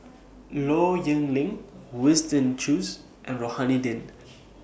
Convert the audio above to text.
Low Yen Ling Winston Choos and Rohani Din